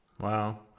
Wow